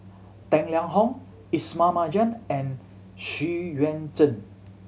Tang Liang Hong Ismail Marjan and Xu Yuan Zhen